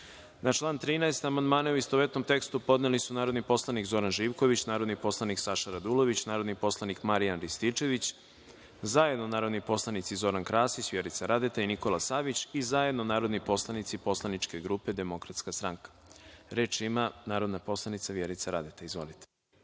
član 13. Amandmane, u istovetnom tekstu, podneli su narodni poslanik Zoran Živković, narodni poslanik Saša Radulović, narodni poslanik Marijan Rističević, zajedno narodni poslanici Zoran Krasić, Vjerica Radeta i Nikola Savić i zajedno narodni poslanici Poslaničke grupe Demokratska stranka. Reč ima narodna poslanica Vjerica Radeta. Izvolite.